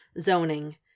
Zoning